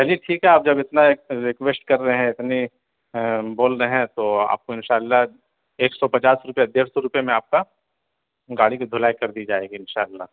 چلیے ٹھیک ہے آپ جب اتنا ریکویسٹ کر رہے ہیں اتنی بول رہے ہیں تو آپ کو انشاء اللہ ایک سو پچاس روپے ڈیڑھ سو روپے میں آپ کا گاڑی کی دھلائی کر دی جائے گی انشاء اللہ